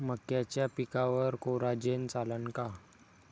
मक्याच्या पिकावर कोराजेन चालन का?